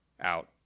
out